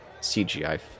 CGI